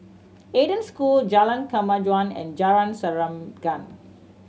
Eden School Jalan Kemajuan and Jalan